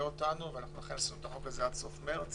אותנו ולכן עשינו את החוק הזה עד סוף מרץ